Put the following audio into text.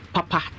Papa